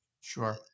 Sure